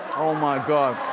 oh, my god.